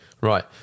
right